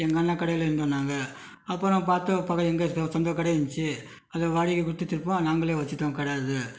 எங்கள் அண்ணன் கடையில் இருந்தோம் நாங்கள் அப்புறம் பார்த்து எங்கள் இஷ்டம் சொந்த கடையா இருந்துச்சு அதை வாடகைக்கு கொடுத்துட்டு இப்போது நாங்களே வைச்சுட்டோம் கடை அதை